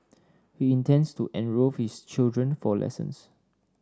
he intends to enrol his children for lessons